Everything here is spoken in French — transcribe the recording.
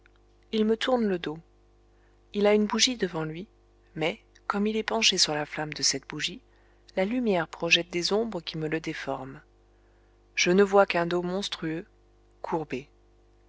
il me tourne le dos il a une bougie devant lui mais comme il est penché sur la flamme de cette bougie la lumière projette des ombres qui me le déforment je ne vois qu'un dos monstrueux courbé